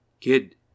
Kid